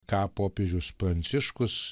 ką popiežius pranciškus